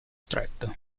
stretto